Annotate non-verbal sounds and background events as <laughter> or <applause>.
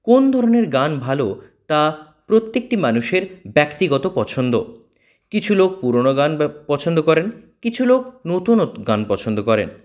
কোন ধরনের গান ভালো তা প্রত্যেকটি মানুষের ব্যক্তিগত পছন্দ কিছু লোক পুরোনো গান ব <unintelligible> পছন্দ করেন কিছু লোক নতুনত্ব গান পছন্দ করেন